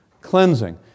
cleansing